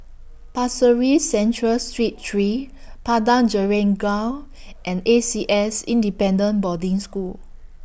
Pasir Ris Central Street three Padang Jeringau and A C S Independent Boarding School